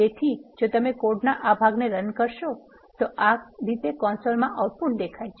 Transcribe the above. તેથી જો તમે કોડના આ ભાગને રન કરશો તો આ આ રીતે કન્સોલમાં આઉટપુટ દેખાય છે